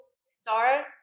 start